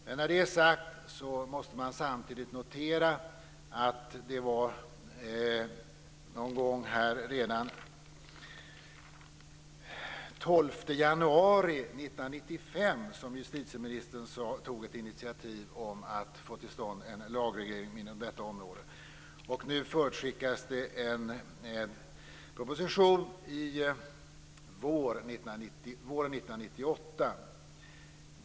Med detta sagt, måste man samtidigt notera att justitieministern tog ett initiativ redan den 12 januari 1995 om att få till stånd en lagreglering inom detta område. Nu förutskickas en proposition våren 1998.